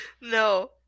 No